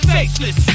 Faceless